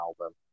album